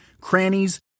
crannies